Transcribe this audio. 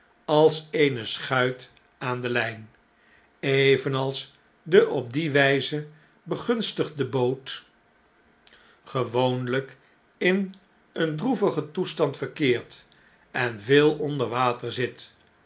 als eene schuit aan de lyn evenals de op die wflze begunstigde boot gewoonlyk in een droevigen toestand verkeert en veel onder water zit